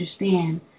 understand